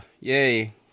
yay